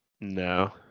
No